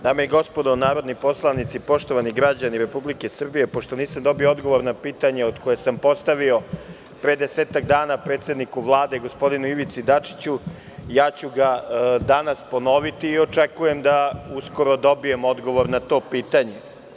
Dame i gospodo narodni poslanici, poštovani građani Republike Srbije, pošto nisam dobio odgovor na pitanje koje sam postavio pre desetak dana predsedniku Vlade gospodinu Ivici Dačiću, ja ću ga danas ponoviti i očekujem da uskoro dobijem odgovor na to pitanje.